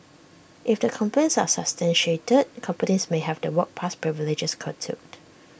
if the complaints are substantiated companies may have their work pass privileges curtailed